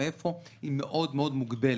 מאיפה - הדרך מאוד-מאוד מוגבלת.